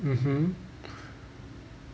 mmhmm